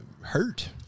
hurt